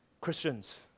Christians